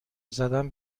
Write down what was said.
زدن